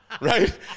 right